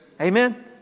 Amen